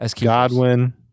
Godwin